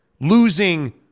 losing